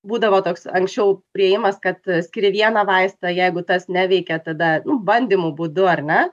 būdavo toks anksčiau priėjimas kad skiria vieną vaistą jeigu tas neveikia tada nu bandymų būdu ar ne